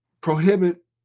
prohibit